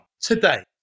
today